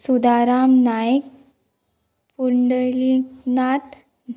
सुदाराम नायक पुंडलीक नात